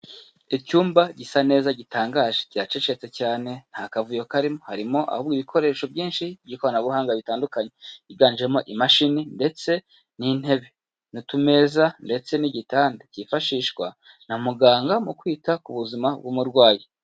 Icyumba gisa neza gitangaje, kiracecetse cyane nta kavuyo karimo, harimo ahubwo ibikoresho byinshi by'ikoranabuhanga bitandukanye, higanjemo imashini ndetse n'intebe. N'utu meza ndetse n'igitanda byifashishwa na muganga mu kwita ku buzima bw'umurwayi.